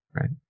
right